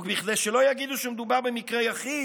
וכדי שלא יגידו שמדובר במקרה יחיד,